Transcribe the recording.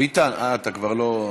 ביטן, אה, אתה כבר לא.